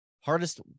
hardest